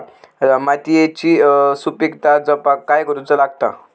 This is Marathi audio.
मातीयेची सुपीकता जपाक काय करूचा लागता?